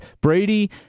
Brady